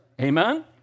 Amen